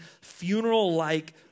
funeral-like